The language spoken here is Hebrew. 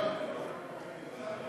ההצעה להעביר